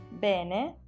bene